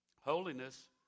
Holiness